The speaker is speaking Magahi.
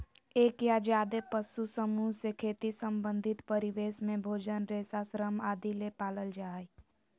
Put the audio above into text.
एक या ज्यादे पशु समूह से खेती संबंधित परिवेश में भोजन, रेशा, श्रम आदि ले पालल जा हई